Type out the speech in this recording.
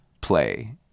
play